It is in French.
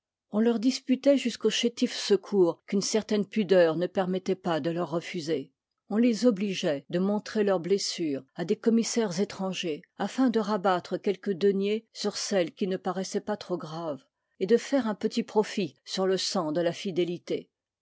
on leur disputoit jusqu'au chétif secours qu'une certaine pudeur ne permettoit pas de leur refuser on les obligeoit de montrer leurs blessures à des commissaires étrangers afin de rabattre quelques deniers sur celles qui ne paroissoient pas trop graves et de faire un petit profit sur le sang de la fidélité